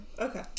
Okay